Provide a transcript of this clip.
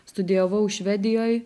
studijavau švedijoj